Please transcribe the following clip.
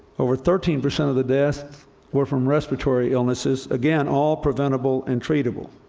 over thirteen percent of the deaths were from respiratory illnesses again, all preventable and treatable.